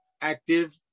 active